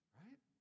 right